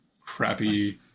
crappy